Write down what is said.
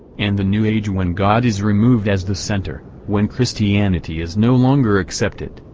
and the new age when god is removed as the center, when christianity is no longer accepted,